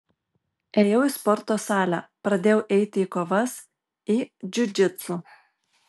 ėjau į sporto salę pradėjau eiti į kovas į džiudžitsu